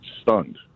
Stunned